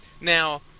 Now